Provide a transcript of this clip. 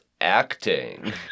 acting